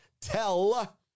Tell